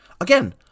Again